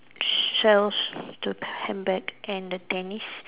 sells the handbag and the tennis